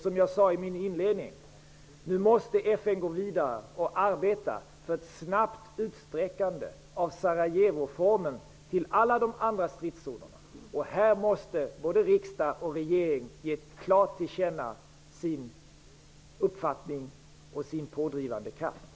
Som jag sade i min inledning måste FN gå vidare och arbeta för ett snabbt utsträckande av Sarajevomodellen till alla de andra stridszonerna. Här måste både riksdag och regering ge klart till känna sin uppfattning och vara pådrivande krafter.